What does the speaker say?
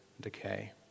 decay